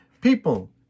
people